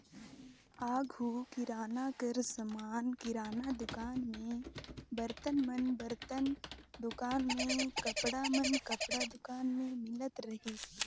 आघु किराना कर समान किराना दुकान में, बरतन मन बरतन दुकान में, कपड़ा मन कपड़ा दुकान में मिलत रहिस